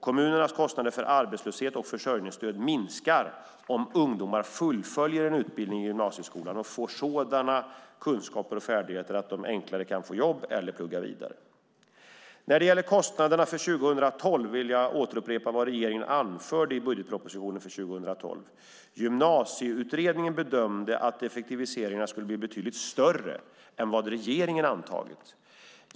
Kommunens kostnader för arbetslöshet och försörjningsstöd minskar om ungdomar fullföljer en utbildning i gymnasieskolan och får sådana kunskaper och färdigheter att de enklare kan få jobb eller plugga vidare. När det gäller kostnaderna för 2012 vill jag upprepa vad regeringen anförde i budgetpropositionen för 2012: Gymnasieutredningen bedömde att effektiviseringarna skulle bli betydligt större än vad regeringen antagit.